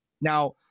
Now